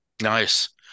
Nice